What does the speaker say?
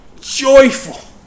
joyful